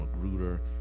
Magruder